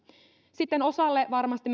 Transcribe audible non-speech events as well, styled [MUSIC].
sitten osalle varmasti [UNINTELLIGIBLE]